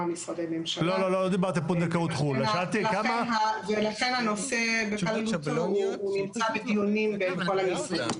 משרדי ממשלה ולכן הנושא נמצא בדיונים בכל המשרדים.